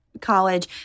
college